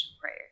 prayer